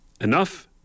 Enough